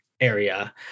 area